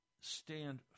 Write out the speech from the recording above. stand